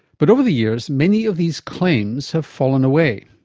but over the years many of these claims have fallen away.